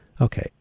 Okay